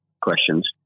questions